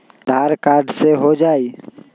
आधार card से हो जाइ?